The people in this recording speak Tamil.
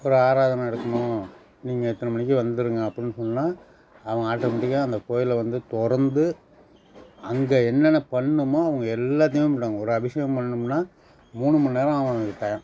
ஒரு ஆராதனை நடத்தணும் நீங்கள் இத்தனை மணிக்கு வந்துடுங்க அப்புடின்னு சொன்னால் அவங்க ஆட்டமெட்டிக்காக அந்த கோயிலை வந்து திறந்து அங்கே என்னென்ன பண்ணுமோ அவங்க எல்லாத்தையுமே பண்ணிடுவாங்க ஒரு அபிஷேகம் பண்ணும்னால் மூணு மணிநேரம் ஆகும் அதுக்கு டைம்